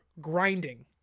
grinding